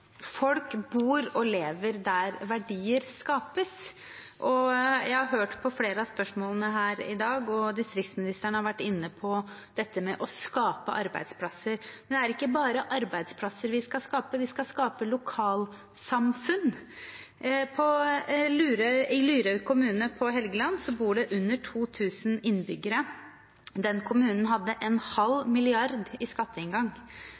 Folk bor og lever der verdier skapes. Jeg har hørt på flere av spørsmålene her i dag, og distriktsministeren har vært inne på dette med å skape arbeidsplasser. Men det er ikke bare arbeidsplasser vi skal skape, vi skal skape lokalsamfunn. I Lurøy kommune på Helgeland bor det under 2 000 innbyggere. Den kommunen hadde 0,5 mrd. kr i skatteinngang.